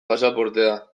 pasaportea